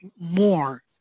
more